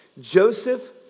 Joseph